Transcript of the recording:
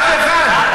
אף אחד.